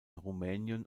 rumänien